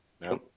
No